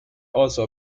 also